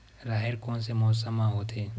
राहेर कोन मौसम मा होथे?